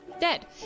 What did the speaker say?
dead